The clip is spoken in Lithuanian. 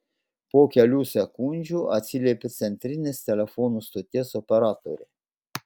po kelių sekundžių atsiliepė centrinės telefonų stoties operatorė